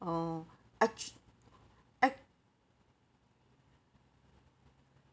oh actu~ ac~